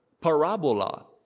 parabola